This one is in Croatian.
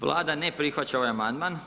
Vlada ne prihvaća ovaj amandman.